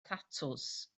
thatws